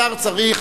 השר צריך,